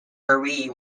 marie